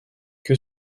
que